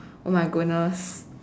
oh my goodness